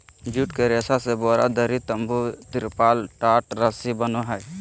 जुट के रेशा से बोरा, दरी, तम्बू, तिरपाल, टाट, रस्सी बनो हइ